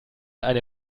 eine